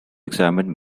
examined